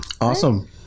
awesome